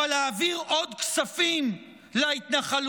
אבל להעביר עוד כספים להתנחלויות,